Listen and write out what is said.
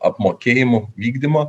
apmokėjimų vykdymo